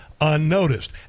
unnoticed